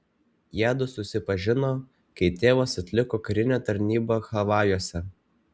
jiedu susipažino kai tėvas atliko karinę tarnybą havajuose